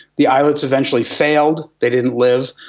the islets eventually failed, they didn't live.